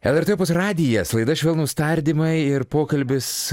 lrt opus radijas laida švelnūs tardymai ir pokalbis